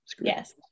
Yes